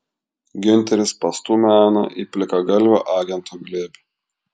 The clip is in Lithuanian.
giunteris pastūmė aną į plikagalvio agento glėbį